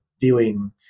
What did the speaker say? viewing